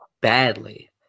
badly